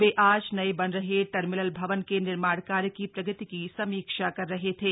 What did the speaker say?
वे आज नये बन रहे टमिनल भवन के निर्माण कार्य की प्रगति की समीक्षा कर रहे थे